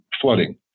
flooding